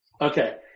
Okay